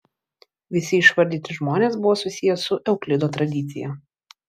visi išvardyti žmonės buvo susiję su euklido tradicija